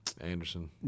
Anderson